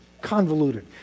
convoluted